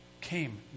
came